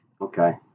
Okay